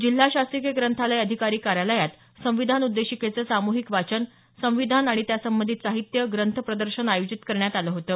जिल्हा शासकीय ग्रंथालय अधिकारी कार्यालयात संविधान उद्देशिकेचं सामुहिक वाचन संविधान आणि त्यासंबंधीत साहित्य ग्रंथ प्रदर्शन आयोजित करण्यात आलं होतं